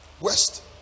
west